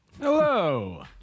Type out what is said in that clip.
hello